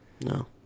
No